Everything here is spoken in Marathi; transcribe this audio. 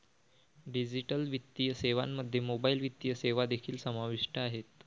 डिजिटल वित्तीय सेवांमध्ये मोबाइल वित्तीय सेवा देखील समाविष्ट आहेत